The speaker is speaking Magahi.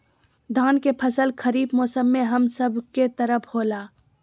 धान के फसल खरीफ मौसम में हम सब के तरफ होला